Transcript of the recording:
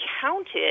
counted